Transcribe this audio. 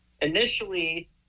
Initially